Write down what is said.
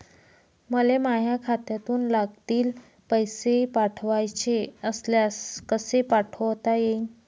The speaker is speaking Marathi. मले माह्या खात्यातून लागलीच पैसे पाठवाचे असल्यास कसे पाठोता यीन?